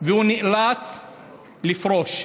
והוא נאלץ לפרוש.